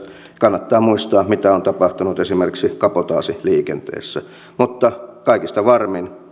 kannattaa muistaa mitä on tapahtunut esimerkiksi kabotaasiliikenteessä mutta kaikista varmin